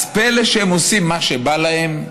אז פלא שהם עושים מה שבא להם?